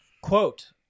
quote